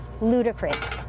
ludicrous